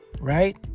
right